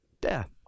death